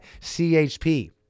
chp